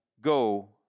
go